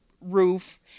roof